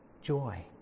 joy